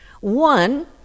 One